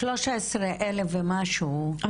13 אלף ומשהו,